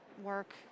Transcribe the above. work